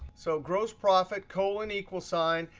so gross profit colon equal sign.